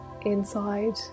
inside